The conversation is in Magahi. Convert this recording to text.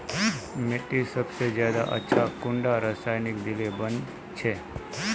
मिट्टी सबसे ज्यादा अच्छा कुंडा रासायनिक दिले बन छै?